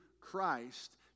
Christ